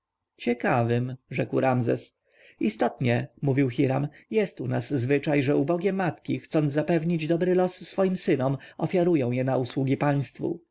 ciekawym rzekł ramzes istotnie mówił hiram jest u nas zwyczaj że ubogie matki chcące zapewnić dobry los swoim synom ofiarują je na usługi państwu